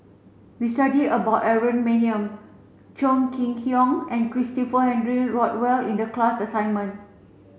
we studied about Aaron Maniam Chong Kee Hiong and Christopher Henry Rothwell in the class assignment